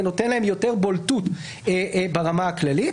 זה נותן להם יותר בולטות ברמה הכללית.